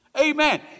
Amen